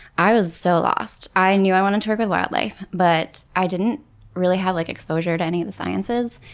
i was so lost. i knew i wanted to work with wildlife, but i didn't really have like exposure to any of the sciences,